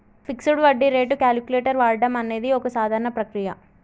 fixed వడ్డీ rate calculator వాడడం అనేది ఒక సాధారణ ప్రక్రియ